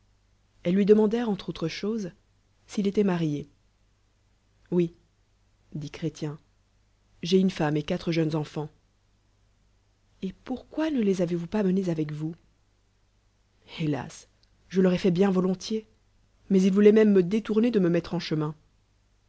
ellcs lui demandèrent cntr'au es choses s'il était marié oui dit cbrélcn j'ai une femme et qnàtre jeunes cdfant et pourquoi ne les avez-vous pas menés avec vous hélas je leur ai fait bien volontiers mais ils voiiloient même me détourner de me mettre en chemin